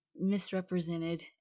misrepresented